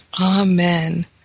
Amen